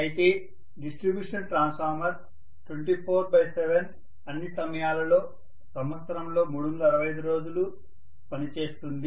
అయితే distribution transformer 24 7 అన్ని సమయాలలో సంవత్సరంలో 365 రోజులు పని చేస్తుంది